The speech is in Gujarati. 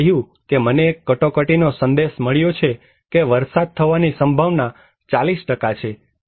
તેણે કહ્યું કે મને એક કટોકટીનો સંદેશ મળ્યો છે કે વરસાદ થવાની સંભાવના 40 છે